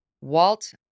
Walt